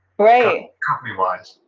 right. company wise.